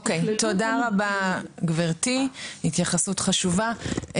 אוקיי, תודה רבה, גברתי, התייחסות חשובה.